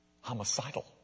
homicidal